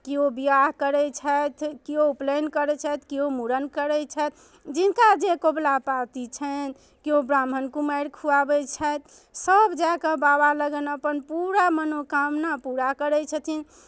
केओ बिआह करै छथि केओ उपनैन करै छथि केओ मूड़न करै छथि जिनका जे कौबला पाती छनि केओ ब्राह्मण कुमारि खुआबै छथि सभ जाकऽ बाबालग अपन अपन पूरा मनोकामना पूरा करै छथिन